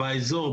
באזור,